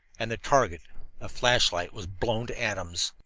and the target a flashlight was blown to atoms.